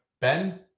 Ben